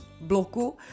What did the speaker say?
bloku